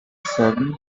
seven